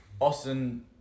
Austin